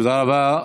תודה רבה.